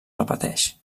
repeteix